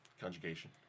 conjugation